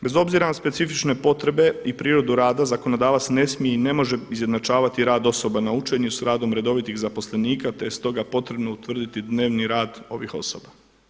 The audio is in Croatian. Bez obzira na specifične potrebe i prirodu rada zakonodavac ne smije i ne može izjednačavati rad osoba na učenju s radom redovitih zaposlenika te je stoga potrebno utvrditi dnevni rad ovih osoba.